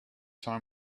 farm